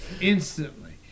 instantly